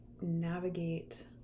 navigate